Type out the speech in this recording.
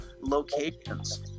locations